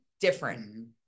different